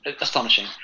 astonishing